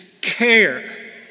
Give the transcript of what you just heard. care